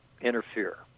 interfere